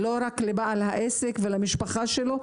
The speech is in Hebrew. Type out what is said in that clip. לא רק לבעל העסק ולמשפחה שלו,